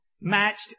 matched